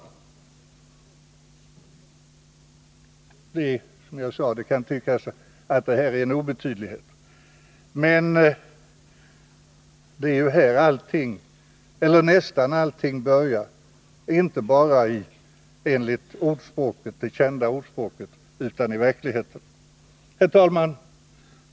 Som jag sade kan detta tyckas vara en obetydlighet, men det är ju här som nästan allting börjar — inte bara enligt det kända ordspråket, utan också i verkligheten. Herr talman!